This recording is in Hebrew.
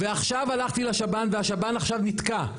ועכשיו הלכתי לשב"ן והשב"ן עכשיו נתקע.